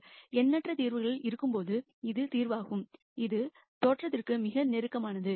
infinite தீர்வுகள் இருக்கும்போது இது ஒரு தீர்வாகும் இது தோற்றத்திற்கு மிக நெருக்கமானது